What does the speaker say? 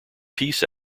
peace